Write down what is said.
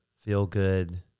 feel-good